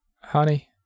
Honey